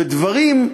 ודברים,